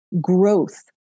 growth